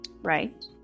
Right